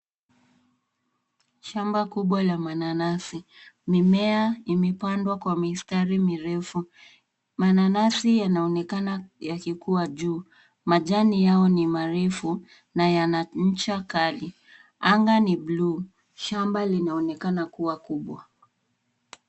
Shamba kubwa la mananasi, mimea imepandwa kwa mistari mirefu. Mananasi yanaonekana yakikua juu. Majani yao ni marefu na yana ncha kali. Anga ni buluu. Shamba linaonekana kuwa kubwa.